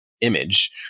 image